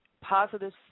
positive